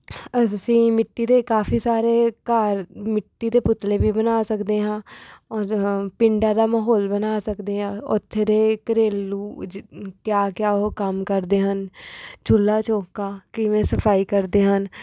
ਅਸੀਂ ਮਿੱਟੀ ਦੇ ਕਾਫੀ ਸਾਰੇ ਘਰ ਮਿੱਟੀ ਦੇ ਪੁਤਲੇ ਵੀ ਬਣਾ ਸਕਦੇ ਹਾਂ ਔਰ ਪਿੰਡਾਂ ਦਾ ਮਾਹੌਲ ਬਣਾ ਸਕਦੇ ਹਾਂ ਉੱਥੇ ਦੇ ਘਰੇਲੂ ਜ ਕਿਆ ਕਿਆ ਉਹ ਕੰਮ ਕਰਦੇ ਹਨ ਚੁੱਲ੍ਹਾ ਚੌਕਾ ਕਿਵੇਂ ਸਫ਼ਾਈ ਕਰਦੇ ਹਨ